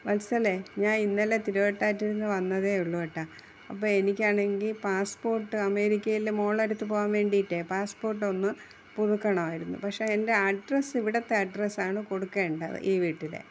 വത്സലേ ഞാൻ ഇന്നലെ തിരുവട്ടാറ്റിൽ നിന്ന് വന്നതേ ഉള്ളൂട്ടാ അപ്പോള് എനിക്കാണെങ്കില് പാസ്സ്പോർട്ട് അമേരിക്കയില് മോളടുത്ത് പോകാൻ വേണ്ടീട്ടെ പാസ്സ്പോർട്ടൊന്ന് പുതുക്കണമായിരുന്നു പക്ഷേ എൻ്റെ അഡ്രസ്സ് ഇവിടുത്തെ അഡ്രസ്സാണ് കൊടുക്കേണ്ടത് ഈ വീട്ടിലെ